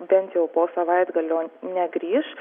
bent jau po savaitgalio negrįš